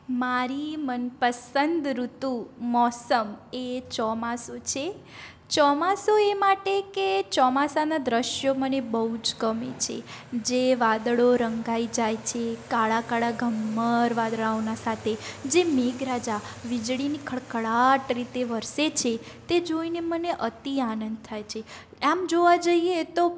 મારી મનપસંદ ઋતુ મોસમ એ ચોમાસું છે ચોમાસું એ માટે કે ચોમાસાના દૃશ્યો મને બહુ જ ગમે છે જે વાદળો રંગાઈ જાય છે કાળા કાળા ઘમ્મ્મર વાદળાઓના સાથે જે મેઘરાજા વીજળીની ખડખડાટ રીતે વરસે છે તે જોઈને મને અતી આનંદ થાય છે આમ જોવા જઈએ તો